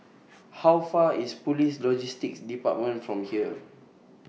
How Far away IS Police Logistics department from here